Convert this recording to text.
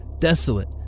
Desolate